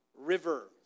River